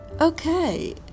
okay